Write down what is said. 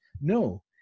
No